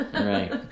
right